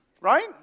Right